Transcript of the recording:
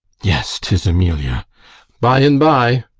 yes tis emilia by and by